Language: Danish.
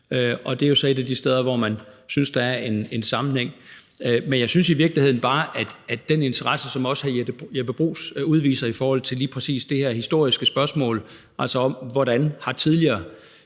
og det er så et af de steder, hvor man synes, at der er en sammenhæng. Men jeg synes i virkeligheden, at den interesse, som også hr. Jeppe Bruus udviser i forhold til lige præcis det her historiske spørgsmål – altså spørgsmålet om, hvordan praksis i tidligere